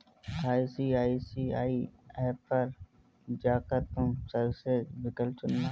ICICI app पर जा कर तुम सर्विसेस विकल्प चुनना